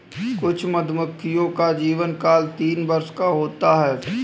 कुछ मधुमक्खियों का जीवनकाल तीन वर्ष का होता है